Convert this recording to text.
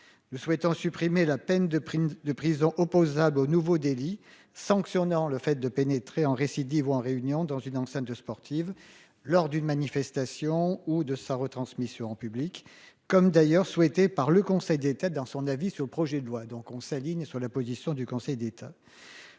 le souhaitant supprimer la peine de prison de prison opposable au nouveau délit sanctionnant le fait de pénétrer en récidive en réunion dans une enceinte sportive lors d'une manifestation ou de sa retransmission en public comme d'ailleurs souhaité par le Conseil des têtes dans son avis sur le projet de loi, donc on s'aligne sur la position du Conseil d'État.